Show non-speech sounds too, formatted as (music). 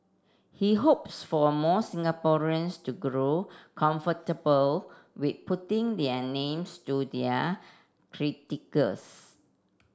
he hopes for more Singaporeans to grow comfortable with putting their names to their (unintelligible)